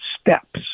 steps